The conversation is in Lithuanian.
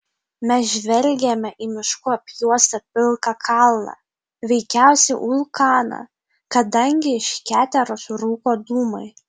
mes žvelgėme į miškų apjuostą pilką kalną veikiausiai vulkaną kadangi iš keteros rūko dūmai